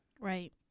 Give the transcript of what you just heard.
right